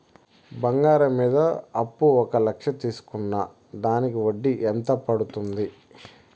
బంగారం మీద అప్పు ఒక లక్ష తీసుకున్న దానికి వడ్డీ ఎంత పడ్తుంది?